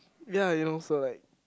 ya you know so like